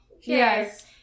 Yes